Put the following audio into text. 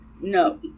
No